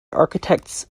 architects